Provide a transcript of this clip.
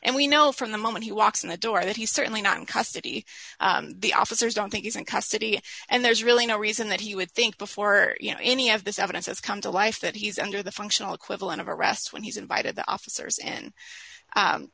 and we know from the moment he walks in the door that he's certainly not in custody the officers don't think he's in custody and there's really no reason that he would think before you know any of this evidence has come to life that he's under the functional equivalent of arrest when he's invited the officers and